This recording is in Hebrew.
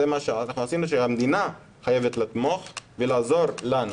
זה מה שעשינו שהמדינה חייבת לתמוך ולעזור לנו